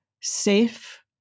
safe